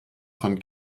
von